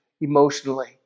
emotionally